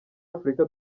afurika